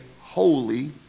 holy